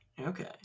Okay